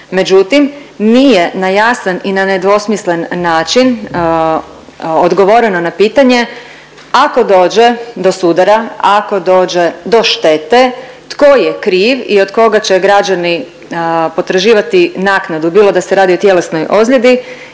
međutim nije na jasan i na nedvosmislen način odgovoreno na pitanje, ako dođe do sudara, ako dođe do štete tko je kriv i od koga će građani potraživati naknadu, bilo da se radi o tjelesnoj ozljedi